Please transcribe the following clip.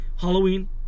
Halloween